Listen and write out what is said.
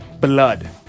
blood